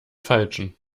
falschen